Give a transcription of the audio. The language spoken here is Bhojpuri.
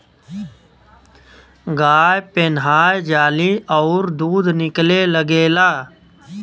गाय पेनाहय जाली अउर दूध निकले लगेला